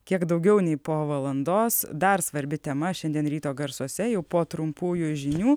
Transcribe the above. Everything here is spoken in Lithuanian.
kiek daugiau nei po valandos dar svarbi tema šiandien ryto garsuose jau po trumpųjų žinių